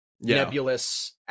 nebulous